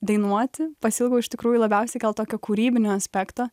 dainuoti pasiilgau iš tikrųjų labiausiai gal tokio kūrybinio aspekto